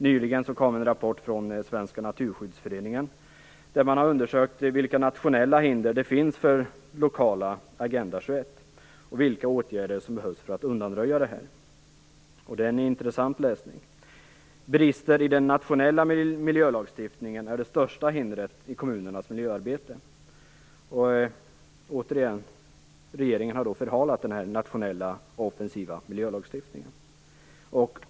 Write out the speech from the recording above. Nyligen kom det en rapport från Svenska naturskyddsföreningen där man har undersökt vilka nationella hinder det finns för lokala Agenda 21-arbeten och vilka åtgärder som behövs för att undanröja dem. Det är intressant läsning. Brister i den nationella miljölagstiftningen är det största hindret i kommunernas miljöarbete. Återigen: Regeringen har förhalat den nationella offensiva miljölagstiftningen.